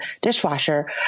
dishwasher